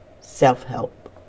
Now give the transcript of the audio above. self-help